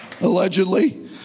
allegedly